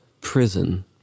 prison